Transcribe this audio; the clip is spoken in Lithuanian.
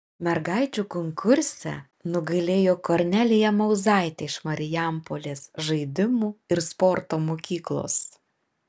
mergaičių konkurse nugalėjo kornelija mauzaitė iš marijampolės žaidimų ir sporto mokyklos